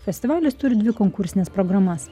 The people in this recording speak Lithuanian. festivalis turi dvi konkursines programas